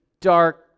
dark